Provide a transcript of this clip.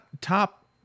top